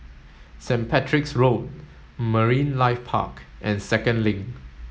Saint Patrick's Road Marine Life Park and Second Link